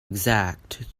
exact